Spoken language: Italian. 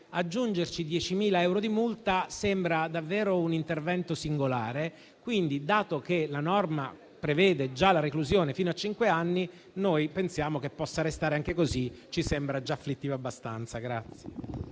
aggiungere 10.000 euro di multa sembra davvero un intervento singolare. Dato che la norma prevede già la reclusione fino a cinque anni, pensiamo che possa restare anche così e ci sembra già afflittiva abbastanza.